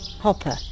hopper